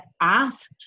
asked